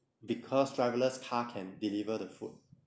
because driverless car can deliver the food